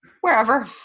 wherever